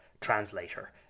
translator